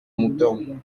mouton